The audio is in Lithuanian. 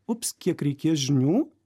ups kiek reikės žinių